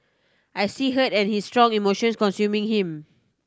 I see hurt and his strong emotions consuming him